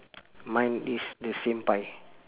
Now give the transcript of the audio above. mine is the same pie